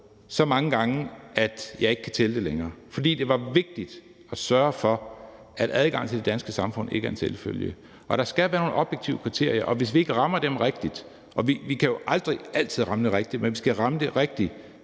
så mange gange, at jeg ikke kan tælle det længere, fordi det var vigtigt at sørge for, at adgangen til det danske samfund ikke er en selvfølge. Og der skal være nogle objektive kriterier, og vi kan jo aldrig gøre sådan, at vi altid rammer rigtigt, men vi skal ramme rigtigt